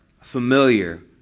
familiar